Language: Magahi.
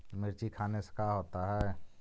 मिर्ची खाने से का होता है?